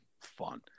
fun